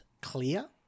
clear